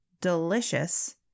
delicious